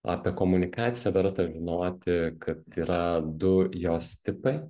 apie komunikaciją verta žinoti kad yra du jos tipai